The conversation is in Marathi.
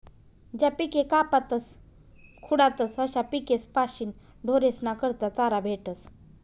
ज्या पिके कापातस खुडातस अशा पिकेस्पाशीन ढोरेस्ना करता चारा भेटस